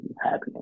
happiness